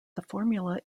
formula